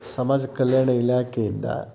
ಸಮಾಜ ಕಲ್ಯಾಣ ಇಲಾಖೆಯಿಂದ